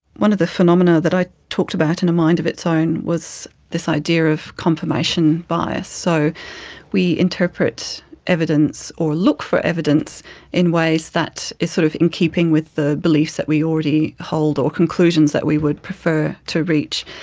one of the phenomena that i talked about in a mind of its own was this idea of confirmation bias. so we interpret evidence or look for evidence in ways that is sort of in keeping with the beliefs that we already hold or conclusions that we would prefer to reach.